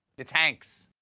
it's hanks.